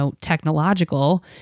technological